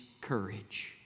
Courage